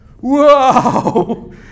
whoa